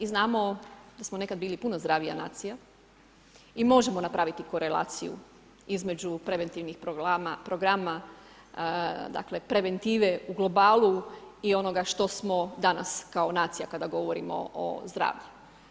I znamo da smo nekad bili puno zdravija nacija i možemo napraviti korelaciju između preventivnih programa, dakle preventive u globalu i onoga što smo danas kao nacija kada govorimo o zdravlju.